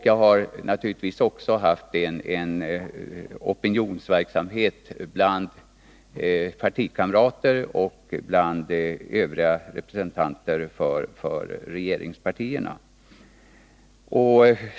Jag har naturligtvis också försökt bilda opinion för Hörneforsgruppens förslag bland partikamrater och representanter för övriga regeringspartier.